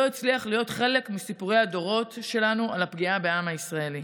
לא הצליח להיות חלק מסיפורי הדורות שלנו על הפגיעה בעם הישראלי?